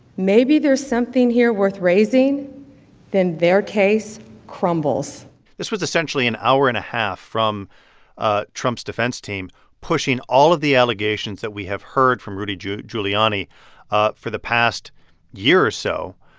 maybe there's something here worth raising then their case crumbles this was, essentially, an hour and a half from ah trump's defense team, pushing all of the allegations that we have heard from rudy giuliani ah for the past year or so.